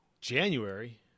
January